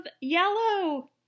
yellow